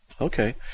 Okay